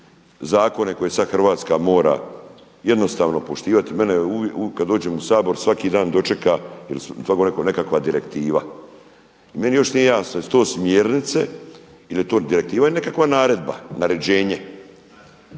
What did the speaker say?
zakone koje sad Hrvatska mora jednostavno poštivati. Mene kad dođem u Sabor svaki dan dočeka nekakva direktiva. Meni još nije jasno jesu li to smjernice da li je to direktiva ili nekakva naredba, naređenje.